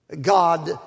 God